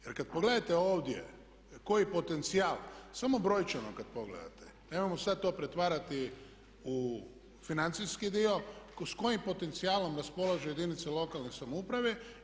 Jer kad pogledate ovdje koji potencijal, samo brojčano kad pogledate, nemojmo sad to pretvarati u financijski dio s kojim potencijalom raspolažu jedinice lokalne samouprave.